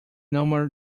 norma